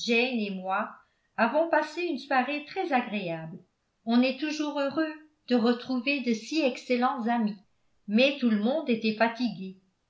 et moi avons passé une soirée très agréable on est toujours heureux de retrouver de si excellents amis mais tout le monde était fatigué